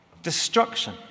destruction